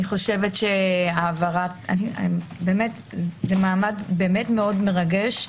אני חושבת שזה מעמד מאוד מרגש,